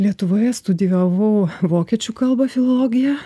lietuvoje studijavau vokiečių kalbą filologiją